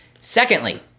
Secondly